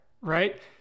right